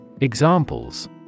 Examples